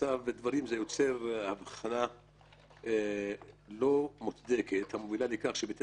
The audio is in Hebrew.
מצב דברים זה יוצר הבחנה לא מוצדקת המובילה לכך שבתי